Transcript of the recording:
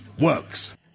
works